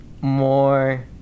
more